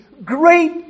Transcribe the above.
Great